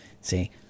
See